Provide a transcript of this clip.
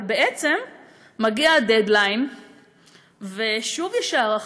אבל בעצם מגיע הדד-ליין ושוב יש הארכה.